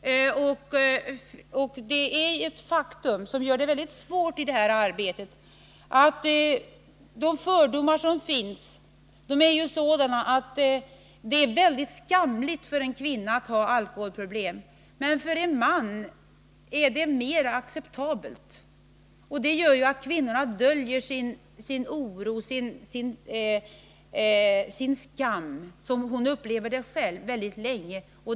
Ett faktum som gör detta arbete svårt är fördomen att det är mycket skamligt för en kvinna att ha alkoholproblem, medan det är mer acceptabelt när det gäller en man. Detta gör ju att kvinnorna mycket länge döljer sin oro och den skam som de upplever.